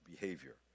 behavior